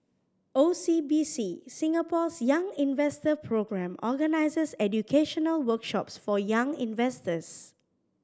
O C B C Singapore's Young Investor Programme organizes educational workshops for young investors